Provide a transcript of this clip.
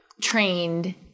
trained